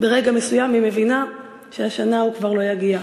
ברגע מסוים היא מבינה שהשנה הוא כבר לא יגיע.